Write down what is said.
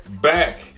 back